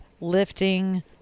lifting